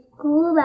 School